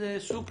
מה שאושר.